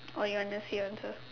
oh you want to say your answer